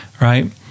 right